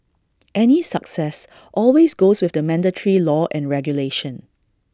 any success always goes with the mandatory law and regulation